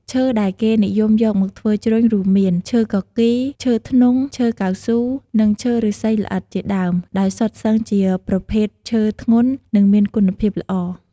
ឈើដែលគេនិយមយកមកធ្វើជ្រញ់រួមមាន ឈើគគី ឈើធ្នង់ ឈើកៅស៊ូ និងឈើឫស្សីស្អិត ជាដើម ដែលសុទ្ធសឹងជាប្រភេទឈើធ្ងន់ និងមានគុណភាពល្អ។